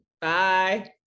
Bye